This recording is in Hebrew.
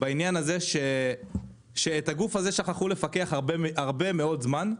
בעניין הזה שעל הגוף הזה שכחו לפקח הרבה מאוד זמן.